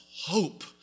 hope